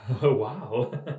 wow